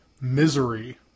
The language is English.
Misery